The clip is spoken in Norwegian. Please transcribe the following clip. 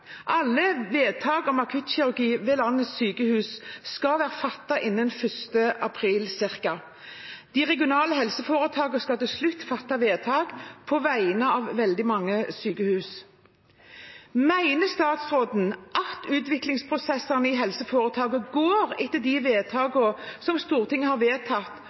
Alle vedtak om akuttkirurgi ved landets sykehus skal være fattet innen 1. april, cirka. De regionale helseforetakene skal til slutt fatte vedtak på vegne av veldig mange sykehus. Mener statsråden at utviklingsprosessene i helseforetakene går etter de vedtakene som Stortinget har